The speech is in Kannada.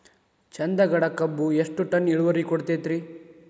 ಚಂದಗಡ ಕಬ್ಬು ಎಷ್ಟ ಟನ್ ಇಳುವರಿ ಕೊಡತೇತ್ರಿ?